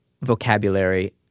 vocabulary